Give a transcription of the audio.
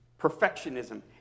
perfectionism